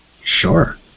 sure